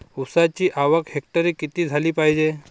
ऊसाची आवक हेक्टरी किती झाली पायजे?